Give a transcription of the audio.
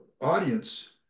audience